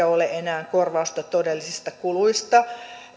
ole enää korvausta todellisista kuluista